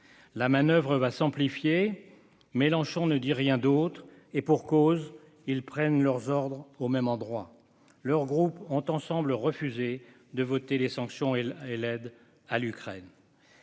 La manoeuvre va s'amplifier. Mélenchon ne dit rien d'autre. Et pour cause, ils prennent leurs ordres au même endroit. Leurs groupes ont ensemble refusé de voter les sanctions et l'aide à l'Ukraine.